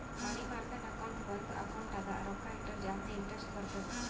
ಮನಿ market account ಒಂದ್ account ಅದ ರೊಕ್ಕಾ ಇಟ್ಟುರ ಜಾಸ್ತಿ ಇಂಟರೆಸ್ಟ್ ಬರ್ತುದ್